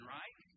right